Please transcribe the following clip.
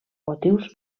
motius